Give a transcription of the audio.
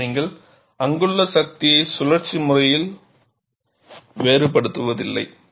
நீங்கள் அங்குள்ள சக்தியை சுழற்சி முறையில் வேறுபடுத்துவதில்லை